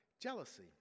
jealousy